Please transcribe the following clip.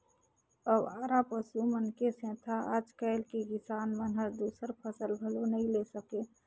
अवारा पसु मन के सेंथा आज कायल के किसान मन हर दूसर फसल घलो नई ले सके